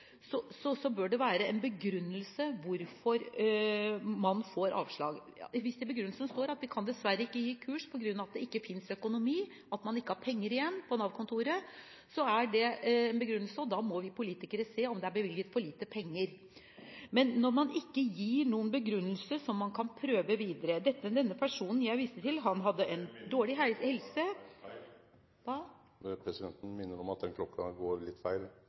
bør det være en begrunnelse for hvorfor man får avslag. Hvis det i begrunnelsen står at man dessverre ikke kan gi kurs på grunn av at det ikke finnes økonomi, at man ikke har penger igjen på Nav-kontoret, er det en begrunnelse, og da må vi politikere se om det er bevilget for lite penger . Men når man ikke gir noen begrunnelse som kan prøves videre – denne personen jeg viste til hadde dårlig helse … Presidenten minner om at klokka går litt feil,